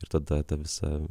ir tada ta visa